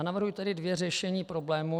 Navrhuji tedy dvě řešení problému.